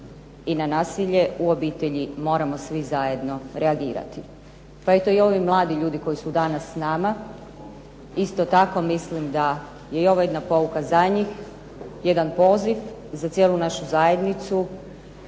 i na nasilje u obitelji moramo svi zajedno reagirati. Pa eto i ovi mladi ljudi koji su danas s nama isto tako mislim da je ovo jedna pouka za njih, jedan poziv za cijelu našu zajednicu.